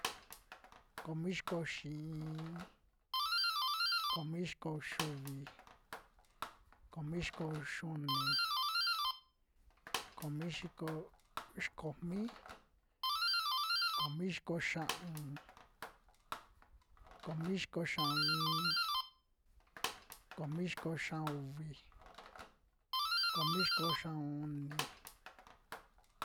Komi xiko uxi iin, komi xiko uxiuvi, komi xiko uxiuni, komi xiko uxi komi, komi xiko xia'un, komixiko xia'un iin, komi xiko xia'un uvi, komi xiko xia'un uni.